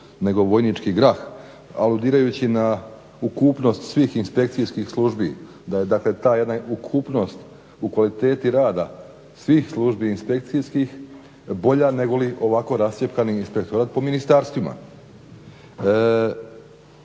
nego vojnički grah aludirajući na ukupnost svih inspekcijskih službi da je dakle ta jedna ukupnost u kvaliteti rada svih službi inspekcijskih bolja nego li ovako rascjepkani inspektorat po ministarstvima.